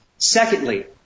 Secondly